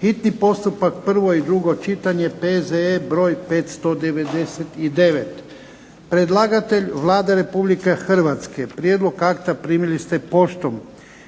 hitni postupak, prvo i drugo čitanje, P.Z.E. br. 599. Predlagatelj Vlada Republike Hrvatske. Prijedlog akta primisli ste poštom.